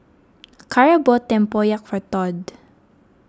Cara bought Tempoyak for Tod